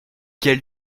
quel